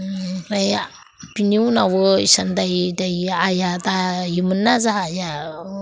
ओमफ्राय बिनि उनावबो इसान दायै दायै आइआ दायोमोन ना जोंहा आइआ